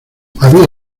había